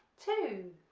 two